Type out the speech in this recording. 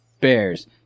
bears